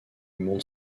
monde